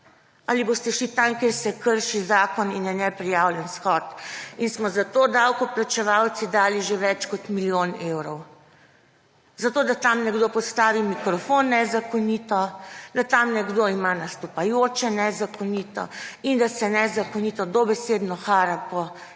Ali pa boste šli tja, kjer se krši zakon in je neprijavljen shod in smo za to davkoplačevalci dali že več kot milijonov evrov; zato da tam nekdo postavi mikrofon nezakonito, da tam nekdo ima nastopajoče nezakonito in da se nezakonito dobesedno hara po